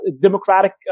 Democratic